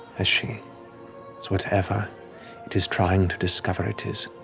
as she, as whatever it is trying to discover it is.